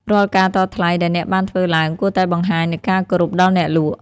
រាល់ការតថ្លៃដែលអ្នកបានធ្វើឡើង គួរតែបង្ហាញនូវការគោរពដល់អ្នកលក់។